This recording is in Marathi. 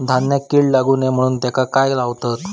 धान्यांका कीड लागू नये म्हणून त्याका काय लावतत?